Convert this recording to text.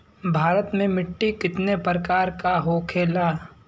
भारत में मिट्टी कितने प्रकार का होखे ला?